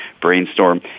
brainstorm